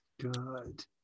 Good